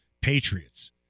Patriots